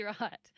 right